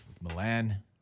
Milan